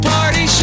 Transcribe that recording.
Party